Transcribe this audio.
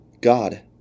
God